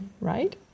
right